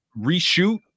reshoot